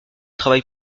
travail